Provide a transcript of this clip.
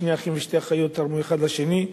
שני אחים ושתי אחיות תרמו אחד לשני.